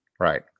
Right